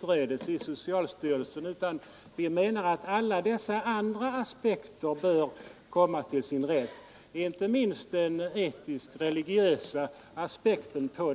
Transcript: frågan utredes inte bara inom socialstyrelsen. Vi menar att även alla andra aspekter bör komma till sin rätt, t.ex. den etisk-religiösa aspekten.